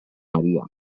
maria